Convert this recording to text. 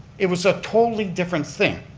it was a totally different thing.